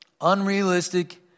Unrealistic